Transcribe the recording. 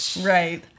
right